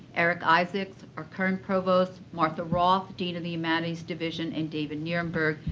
eric isaacs, our current provost. martha roth, dean of the humanities division. and david nuremberg,